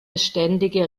beständige